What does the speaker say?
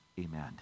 amen